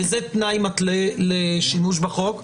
וזה תנאי מתלה לשימוש בחוק,